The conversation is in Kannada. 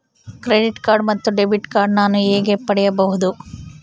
ಕ್ರೆಡಿಟ್ ಕಾರ್ಡ್ ಮತ್ತು ಡೆಬಿಟ್ ಕಾರ್ಡ್ ನಾನು ಹೇಗೆ ಪಡೆಯಬಹುದು?